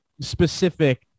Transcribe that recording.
specific